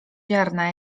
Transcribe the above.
ziarna